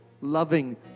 loving